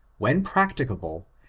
when practicable,